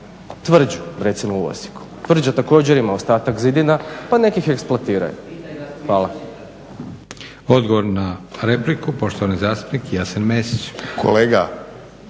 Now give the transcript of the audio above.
Tvrđu recimo u Osijeku, Tvrđa također ima ostatak zidina pa nek ih eksploatiraju. Hvala. **Leko, Josip (SDP)** Hvala. Odgovor na repliku, poštovani zastupnik Jasen Mesić. **Mesić,